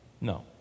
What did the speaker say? No